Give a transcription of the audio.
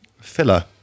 filler